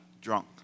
drunk